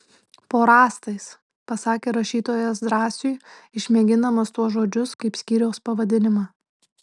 po rąstais pasakė rašytojas drąsiui išmėgindamas tuos žodžius kaip skyriaus pavadinimą